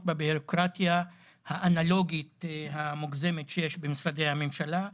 בבירוקרטיה האנלוגית המוגזמת שיש במשרדי הממשלה.